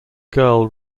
girl